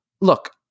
Look